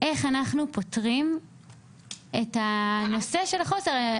איך אנחנו פותרים את הנושא של החוסר?